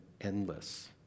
endless